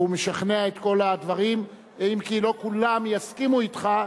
והוא משכנע בכל הדברים, אם כי לא כולם יסכימו אתך,